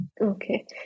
Okay